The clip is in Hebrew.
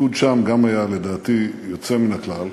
התפקוד שם גם כן היה, לדעתי, יוצא מן הכלל.